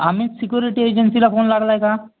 Amit security एजेन्सीला phone लागला आहे का